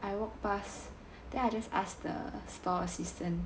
I work pass then I just ask the store assistant